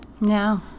No